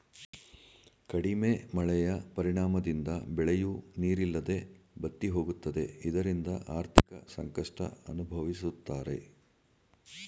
ಕಡಿಮೆ ಮಳೆಯ ಪರಿಣಾಮದಿಂದ ಬೆಳೆಯೂ ನೀರಿಲ್ಲದೆ ಬತ್ತಿಹೋಗುತ್ತದೆ ಇದರಿಂದ ಆರ್ಥಿಕ ಸಂಕಷ್ಟ ಅನುಭವಿಸುತ್ತಾರೆ